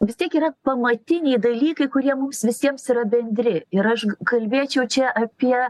vis tiek yra pamatiniai dalykai kurie mums visiems yra bendri ir aš kalbėčiau čia apie